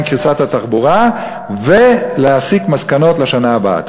קריסת התחבורה ולהסיק מסקנות לשנה הבאה.